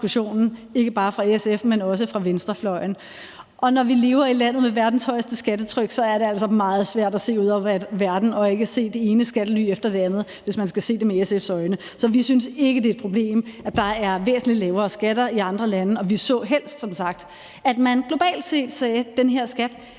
ikke bare fra SF, men også fra venstrefløjen. Og når vi lever i landet med verdens højeste skattetryk, er det altså meget svært at se ud i verden og ikke se det ene skattely efter det andet, hvis man skal se det med SF's øjne. Så vi synes ikke, det er et problem, at der er væsentlig lavere skatter i andre lande. Og vi så som sagt helst, at man globalt set sagde: Den her skat